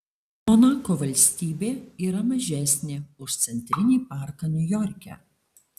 monako valstybė yra mažesnė už centrinį parką niujorke